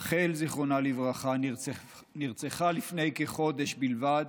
רחל, זיכרונה לברכה, נרצחה לפני כחודש בלבד